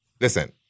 listen